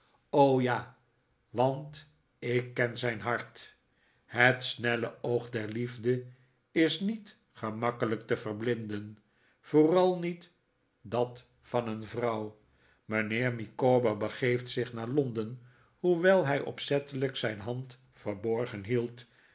o ja want ik ken zijn hart het snelle oog der liefde is niet gemakkelijk te verblinden vooral niet dat van een vrouw mijnheer micawber begeeft zich naar londen hoewel hij opzettelijk zijn hand verborgen hield